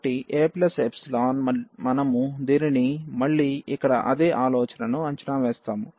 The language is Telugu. కాబట్టి aϵ మనము దీనిని మళ్ళీ ఇక్కడ అదే ఆలోచనను అంచనా వేస్తాము